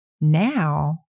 now